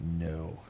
No